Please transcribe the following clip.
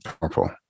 powerful